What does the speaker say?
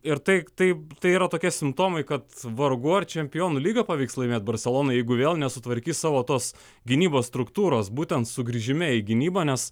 ir tai tai tai yra tokia simptomai kad vargu ar čempionų lygą pavyks laimėti barselonai jeigu vėl nesutvarkys savo tos gynybos struktūros būtent sugrįžime į gynybą nes